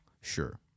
Sure